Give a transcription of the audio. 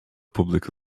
public